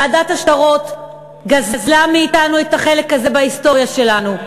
ועדת השטרות גזלה מאתנו את החלק הזה בהיסטוריה שלנו.